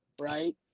right